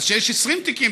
אז כשיש 20 תיקים,